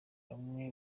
bamwe